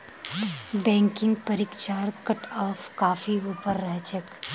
banking परीक्षार cutoff काफी ऊपर रह छेक